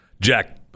jack